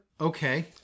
Okay